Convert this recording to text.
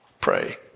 pray